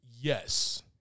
Yes